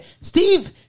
Steve